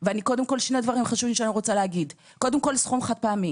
קודם כול, לגבי הסכום החד-פעמי